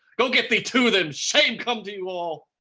go get thee to them, shame come to you all.